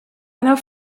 einer